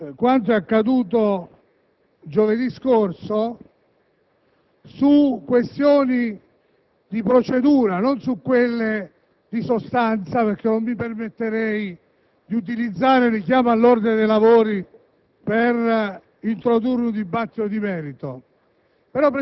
quanto accaduto qui giovedì scorso su questioni di procedura, non di sostanza, perché non mi permetterei di utilizzare il richiamo all'ordine dei lavori per introdurre un dibattito di merito.